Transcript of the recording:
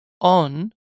on